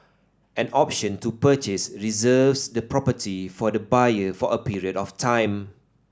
an option to purchase reserves the property for the buyer for a period of time